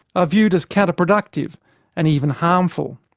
ah viewed as counterproductive and even harmful.